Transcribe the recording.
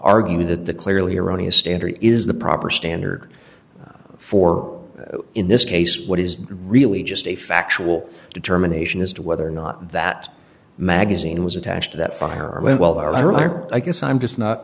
argue that the clearly erroneous standard is the proper standard for in this case what is really just a factual determination as to whether or not that magazine was attached to that fire and well there are i guess i'm just not